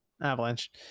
avalanche